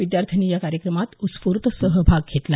विद्यार्थ्यांनी या कार्यक्रमात उत्स्फूर्त सहभाग घेतला